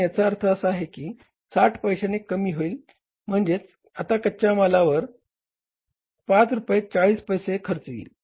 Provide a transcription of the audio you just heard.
तर याचा अर्थ आता किंमत 60 पैश्याने कमी होईल म्हणजेच आता कच्या मालावर 5 रुपये 40 पैसे खर्च होईल